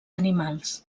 animals